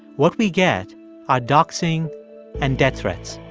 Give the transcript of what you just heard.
what we get are doxing and death threats